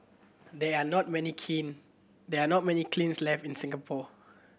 there are not many kin there are not many kilns left in Singapore